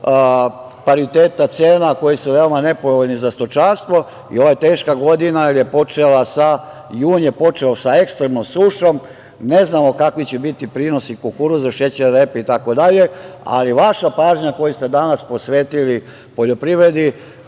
pariteta cena, koje su veoma nepovoljne za stočarstvo i ovo je teška godina jer je počela sa… Jun je počeo sa ekstremnom sušom. Ne znamo kakvi će biti prinosi kukuruza, šećerne repe itd. Ali, vaša pažnja koju ste danas posvetili poljoprivredi